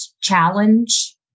challenge